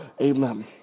Amen